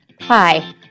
Hi